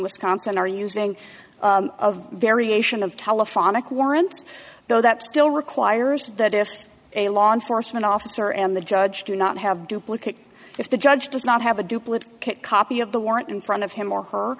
wisconsin are using of variation of telephonic warrants though that still requires that if a law enforcement officer and the judge do not have duplicate if the judge does not have a duplicate copy of the warrant in front of him or her